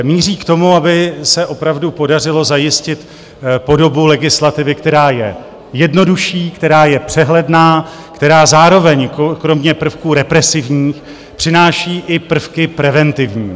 Míří k tomu, aby se opravdu podařilo zajistit podobu legislativy, která je jednodušší, která je přehledná, která zároveň kromě prvků represivních přináší i prvky preventivní.